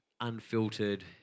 unfiltered